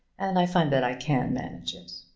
and i find that i can manage it.